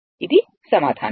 ఇది సమాధానం